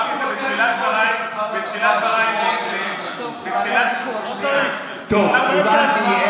אני הסברתי בתחילת דבריי, טוב, הבנתי.